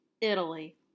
Italy